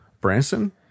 Branson